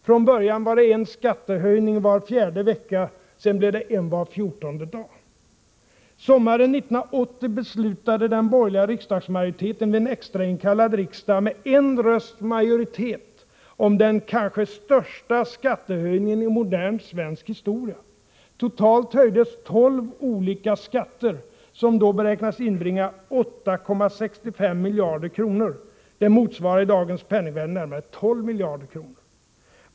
Från början var det nämligen en skattehöjning var fjärde vecka. Sedan blev det en skattehöjning var fjortonde dag. Sommaren 1980 beslutade den borgerliga riksdagsmajoriteten vid en extrainkallad riksdag med en rösts majoritet om den kanske största skattehöjningen i modern svensk historia. Totalt höjdes 12 olika skatter, som då beräknades inbringa 8,65 miljarder kronor. Det motsvarar i dagens penningvärde närmare 12 miljarder kronor.